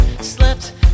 slept